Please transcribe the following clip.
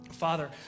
Father